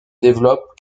développent